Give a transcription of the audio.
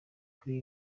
kuri